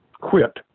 quit